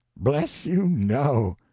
bless you, no!